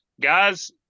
Guys